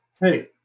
hey